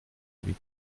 huit